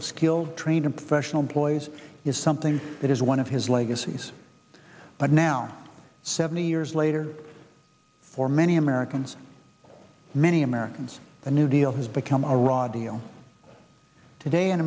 of skilled trained professional ploys is something that is one of his legacies but now seventy years later for many americans many americans the new deal has become a raw deal today